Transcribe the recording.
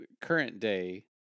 current-day